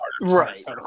right